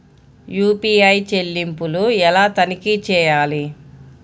UPI చెల్లింపులు ఎలా తనిఖీ చేయాలి?